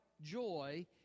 joy